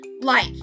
Life